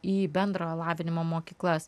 į bendrojo lavinimo mokyklas